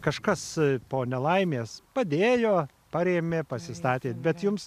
kažkas po nelaimės padėjo parėmė pasistatėt bet jums